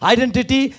Identity